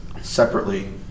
separately